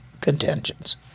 contentions